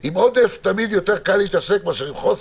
עם עודף תמיד יותר קל להתעסק מאשר עם חוסר.